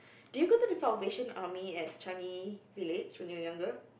did you go to the Salvation Army at Changi Village when you were younger